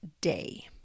day